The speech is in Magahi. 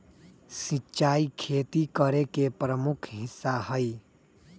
सिंचाई खेती करे के प्रमुख हिस्सा हई